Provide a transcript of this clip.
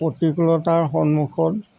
প্ৰতিকূলতাৰ সন্মুখত